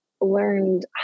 learned